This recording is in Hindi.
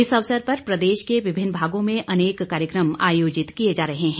इस अवसर पर प्रदेश के विभिन्न भागों में अनेक कार्यक्रम आयोजित किए जा रहे हैं